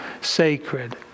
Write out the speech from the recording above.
sacred